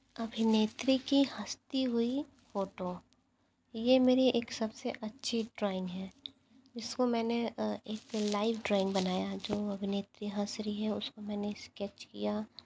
अभिनेत्री की हस्ती हुई फोटो ये मेरी एक सब से अच्छी ड्राइंग है इसको मैंने एक लाइव ड्राइंग बनाया जो अभिनेत्री हस रही है उसको मैंने स्केच किया